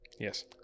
yes